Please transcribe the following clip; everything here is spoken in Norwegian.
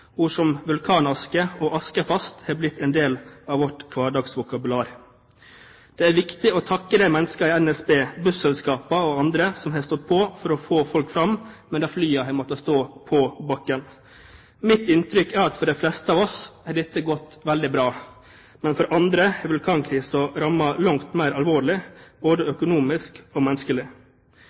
Ord som «vulkanaske» og «askefast» har blitt en del av vårt hverdagsvokabular. Det er viktig å takke de menneskene i NSB og busselskapene og andre som har stått på for å få folk fram, mens flyene har måttet stå på bakken. Mitt inntrykk er at for de fleste av oss har dette gått veldig bra. Men for andre har vulkankrisen rammet langt mer alvorlig, både økonomisk og